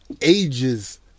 ages